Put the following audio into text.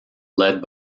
led